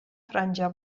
franja